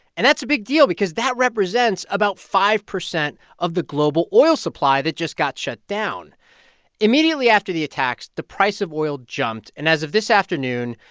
and that's a big deal because that represents about five percent of the global oil supply that just got shut down immediately after the attacks, the price of oil jumped. and as of this afternoon,